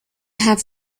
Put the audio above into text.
have